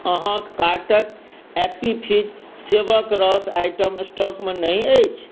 अहाँके कार्टके Appy Fizz सेबके रस आइटम स्टॉकमे नहि अछि